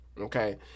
Okay